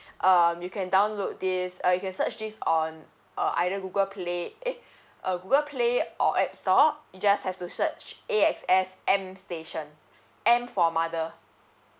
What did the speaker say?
um you can download this uh you can search this on uh either google play eh uh google play or app store you just have to search A_X_S M station M for mother